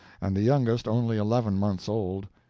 and the youngest only eleven months old,